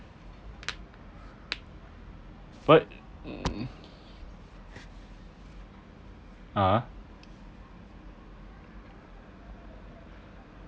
but hmm (uh huh)